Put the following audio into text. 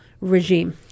regime